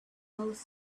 oasis